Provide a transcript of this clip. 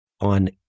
on